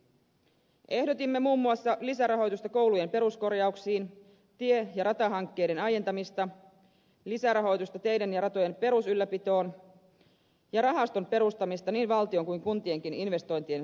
ehdotimme muun muassa lisärahoitusta koulujen peruskorjauksiin tie ja ratahankkeiden aientamista lisärahoitusta teiden ja ratojen perusylläpitoon ja rahaston perustamista niin valtion kuin kuntienkin investointien rahoittamista varten